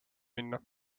minna